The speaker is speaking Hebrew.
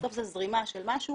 בסוף זה זרימה של משהו